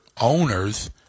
owners